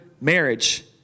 marriage